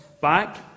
back